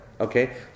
okay